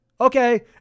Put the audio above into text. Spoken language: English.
okay